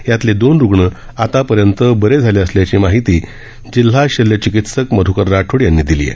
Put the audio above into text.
यातील दोन रुग्ण आतापर्यंत बरे झाले असल्याची माहिती जिल्हा शल्य चिकित्सक मध्कर राठोड यांनी दिली आहे